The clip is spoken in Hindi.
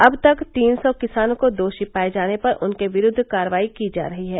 अब तक तीन सौ किसानों को दोषी पाए जाने पर उनके विरूद्व कार्रवाई की जा रही है